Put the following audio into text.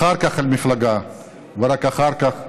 אחר כך על המפלגה ורק אחר כך עלינו.